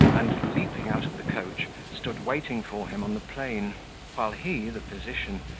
and, leaping out of the coach, stood waiting for him on the plain while he, the physician,